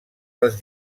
les